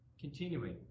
Continuing